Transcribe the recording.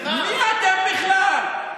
שר במשרד לביטחון הפנים.